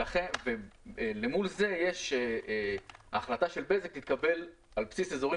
אל מול זה ההחלטה של בזק תתקבל על בסיס אזורים